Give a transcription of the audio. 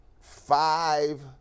five